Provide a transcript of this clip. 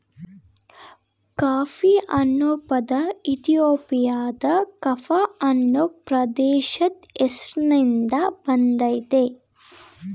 coffee ಅನ್ನೊ ಪದ ಇಥಿಯೋಪಿಯಾದ ಕಾಫ ಅನ್ನೊ ಪ್ರದೇಶದ್ ಹೆಸ್ರಿನ್ದ ಬಂದಯ್ತೆ